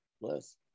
Bless